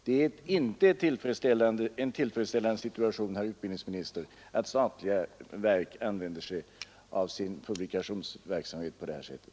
Det är inte en tillfredsställande situation, herr utbildningsminister, att statliga verk använder sin publikationsverksamhet på detta sätt.